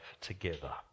together